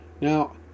Now